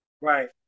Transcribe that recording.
Right